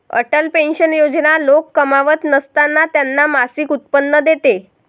Atal pension Yojana लोक कमावत नसताना त्यांना मासिक उत्पन्न देते